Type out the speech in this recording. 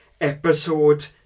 episode